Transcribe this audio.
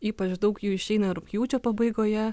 ypač daug jų išeina rugpjūčio pabaigoje